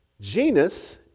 Genus